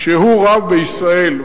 שהוא רב בישראל,